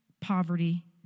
poverty